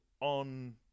on